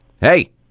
hey